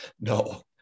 No